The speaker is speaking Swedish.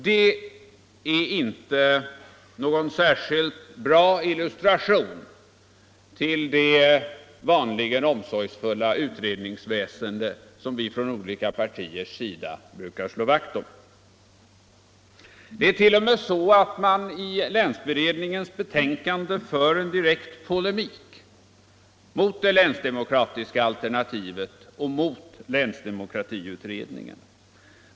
Det är inte någon särskilt bra illustration till det vanligen omsorgsfulla utredningsväsende som vi ifrån olika partiers sida brukar slå vakt om. I länsberedningens betänkande för man t.o.m. en direkt polemik mot det länsdemokratiska alternativet och mot länsdemokratiutredningen.